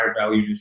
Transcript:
value